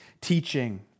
teaching